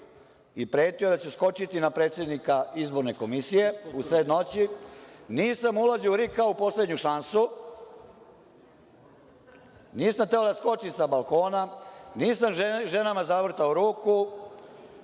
i pretio da ću skočiti na predsednika Izborne komisije usred noći, nisam ulazio u RIK kao u poslednju šansu, nisam hteo da skočim sa balkona. Nisam ženama zavrtao ruku,